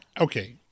okay